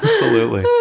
absolutely.